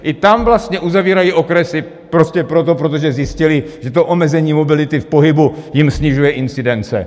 I tam vlastně uzavírají okresy prostě proto, protože zjistili, že omezení mobility v pohybu jim snižuje incidence.